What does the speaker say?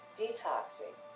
detoxing